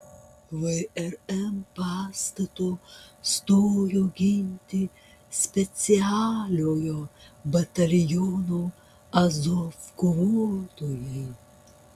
vrm pastato stojo ginti specialiojo bataliono azov kovotojai